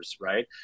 right